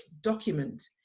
document